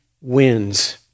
wins